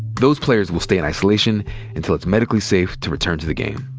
those players will stay in isolation until it's medically safe to return to the game.